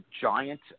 giant